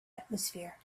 atmosphere